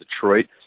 Detroit